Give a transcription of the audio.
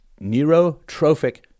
neurotrophic